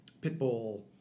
Pitbull